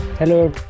Hello